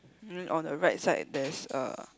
um on the right side there's a